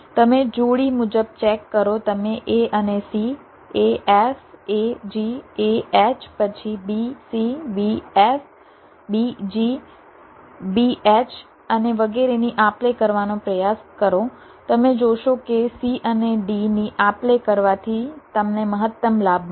તમે જોડી મુજબ ચેક કરો તમે a અને c a f a g a h પછી b c b f b g b h અને વગેરેની આપલે કરવાનો પ્રયાસ કરો તમે જોશો કે c અને d ની આપલે કરવાથી તમને મહત્તમ લાભ મળશે